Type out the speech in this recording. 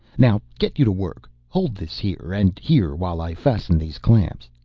now get you to work. hold this here and here while i fasten these clamps.